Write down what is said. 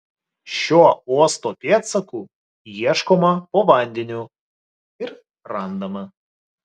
šio uosto pėdsakų ieškoma po vandeniu ir randama